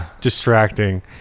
distracting